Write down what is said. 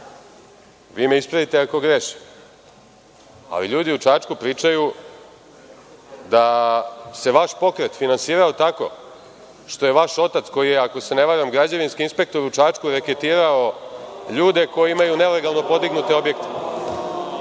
vi me ispravite ako grešim, ali ljudi u Čačku pričaju da se vaš pokret finansirao tako što je vaš otac koji je ako se ne varam, građevinski inspektor u Čačku reketirao ljude koji imaju nelegalno podignute objekte,